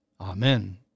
Amen